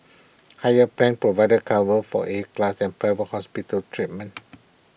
higher plans provide cover for A class and private hospital treatment